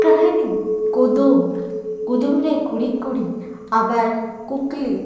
ᱠᱟᱹᱦᱟᱱᱤ ᱠᱩᱫᱩᱢ ᱠᱩᱫᱩᱢ ᱨᱮ ᱠᱩᱲᱤᱫ ᱠᱩᱲᱤᱫ ᱟᱵᱟᱨ ᱠᱩᱠᱞᱤ